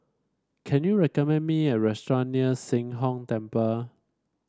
can you recommend me a restaurant near Sheng Hong Temple